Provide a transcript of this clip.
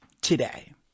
today